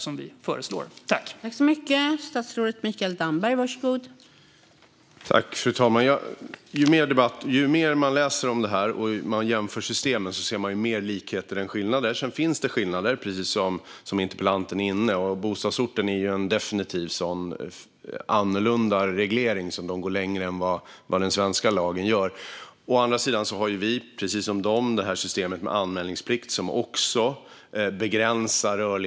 Men vi föreslår att det ska vara möjligt.